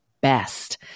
best